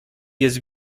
jest